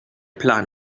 plan